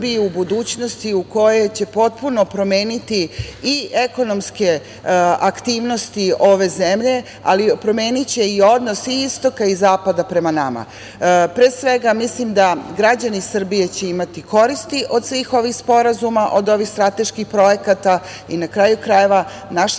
budućnosti koja će potpuno promeniti i ekonomske aktivnosti ove zemlje, ali promeniće i odnos i istoka i zapada prema nama. Pre svega, mislim da građani Srbije će imati koristi od svih ovih sporazuma, od ovih strateških projekata i na kraju krajeva, naša